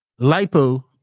LiPo